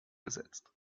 gesetzt